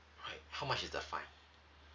alright how much is the fine